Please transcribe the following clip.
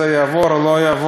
זה יעבור או לא יעבור,